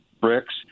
bricks